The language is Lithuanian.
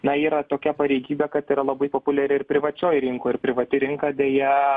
na yra tokia pareigybė kad yra labai populiari ir privačioj rinkoj ir privati rinka deja